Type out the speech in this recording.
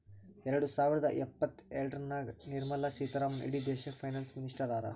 ಎರಡ ಸಾವಿರದ ಇಪ್ಪತ್ತಎರಡನಾಗ್ ನಿರ್ಮಲಾ ಸೀತಾರಾಮನ್ ಇಡೀ ದೇಶಕ್ಕ ಫೈನಾನ್ಸ್ ಮಿನಿಸ್ಟರ್ ಹರಾ